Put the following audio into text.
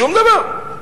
שום דבר.